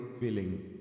feeling